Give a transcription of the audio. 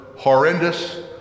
Horrendous